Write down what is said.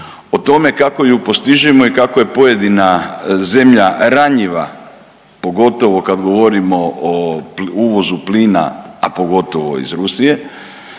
O tome kako je postižemo i kako je pojedina zemlja ranjiva pogotovo kad govorimo u uvozu plina, a pogotovo iz Rusije